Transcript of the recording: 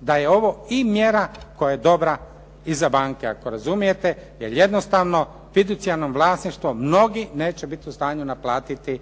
da je ovo i mjera koja je dobra i za banke, ako razumijete, jer jednostavno fiducijalnim vlasništvom mnogi neće biti u stanju naplatiti